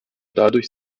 dadurch